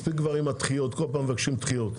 מספיק כבר עם הדחיות, כל פעם מבקשים דחיות.